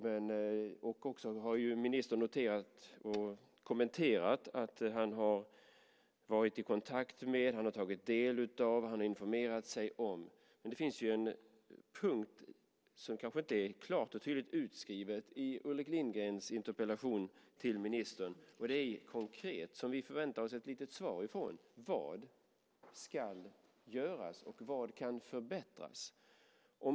Ministern har också noterat och kommenterat att han har varit i kontakt med, tagit del av och informerat sig om. Men det finns en punkt, som kanske inte är klart och tydligt utskriven i Ulrik Lindgrens interpellation till ministern, och det är något som vi förväntar oss ett svar på. Det är konkret: Vad ska göras, och vad kan förbättras?